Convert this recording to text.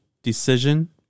decision